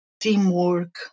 teamwork